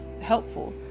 helpful